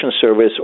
service